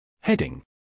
Heading